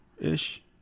ish